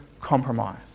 compromise